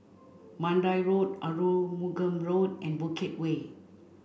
Mandai Road Arumugam Road and Bukit Way